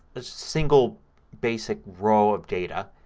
a single basic row of data.